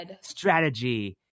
strategy